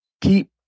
keep